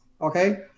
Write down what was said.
okay